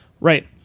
Right